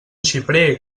xiprer